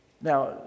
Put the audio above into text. Now